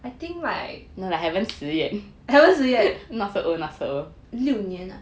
I think like haven't 十 yet 六年 ah